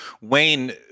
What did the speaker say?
Wayne